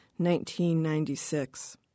1996